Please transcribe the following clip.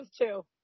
two